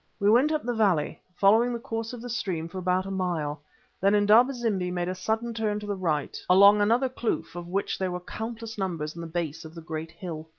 we went up the valley, following the course of the stream for about a mile then indaba-zimbi made a sudden turn to the right, along another kloof, of which there were countless numbers in the base of the great hill.